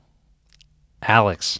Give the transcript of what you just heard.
Alex